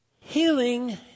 Healing